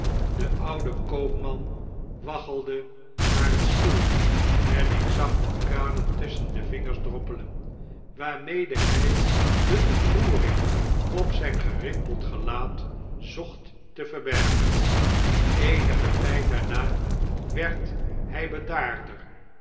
de oude koopman waggelde naar een stoel en ik zag de tranen tusschen de vingers droppelen waarmede hij de ontroering op zyn gerimpeld gelaat zocht te verbergeu eenigen tyd daarna werd hij bedaarder